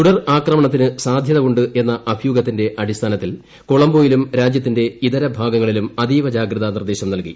തുടർ ആക്രമണത്തിന് സാധ്യത ഉ എന്ന അഭ്യൂഹത്തിന്റെ അടിസ്ഥാനത്തിൽ കൊളബോയിലും രാജ്യത്തിന്റെ ഇതര ഭാഗങ്ങളിലും അതീവ ജാഗ്രതാ നിർദ്ദേശം നൽകി